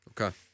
Okay